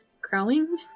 growing